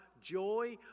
joy